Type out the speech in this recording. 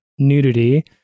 nudity